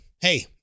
hey